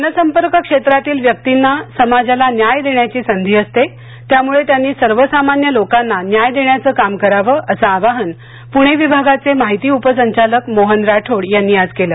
जनसंपर्क क्षेत्रातील व्यक्तींना समाजाला न्याय देण्याची संधी असते त्यामुळे त्यांनी सर्वसामान्य लोकांना न्याय देण्याचं काम करावं असं आवाहन पुणे विभागाचे उपसंचालक माहिती मोहन राठोड यांनी आज केले